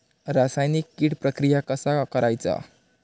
रासायनिक कीड प्रक्रिया कसा करायचा?